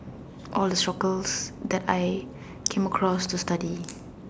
all the struggles that I came across to study